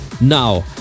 Now